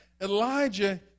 Elijah